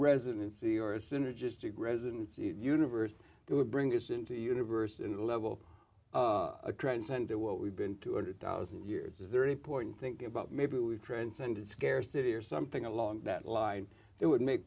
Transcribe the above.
residency or a synergistic residence universe that would bring us into a universe and level a transcendent what we've been two hundred thousand years is there any point thinking about maybe we transcended scarcity or something along that line that would make